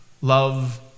Love